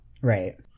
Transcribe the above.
right